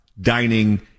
dining